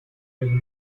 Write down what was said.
label